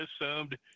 assumed